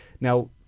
now